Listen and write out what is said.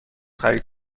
خرید